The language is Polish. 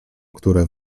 które